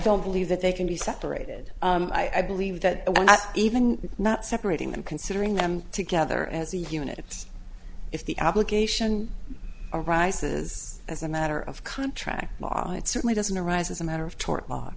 don't believe that they can be separated i believe that even not separating them considering them together as a unit if the obligation arises as a matter of contract law it certainly doesn't arise as a matter of tort law